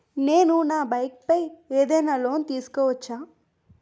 నేను నా బైక్ పై ఏదైనా లోన్ తీసుకోవచ్చా?